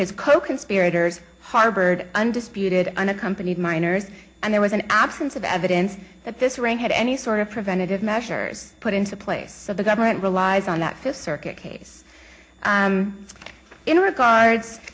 coconspirators harbored undisputed unaccompanied minors and there was an absence of evidence that this ring had any sort of preventative measures put into place so the government relies on that fifth circuit case in regards